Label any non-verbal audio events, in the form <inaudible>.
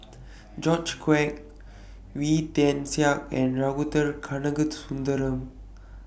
George Quek Wee Tian Siak and <unintelligible>